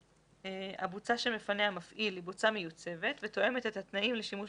הבוצה שמפנה המפעיל היא בוצה מיוצבת ותואמת את התנאים לשימוש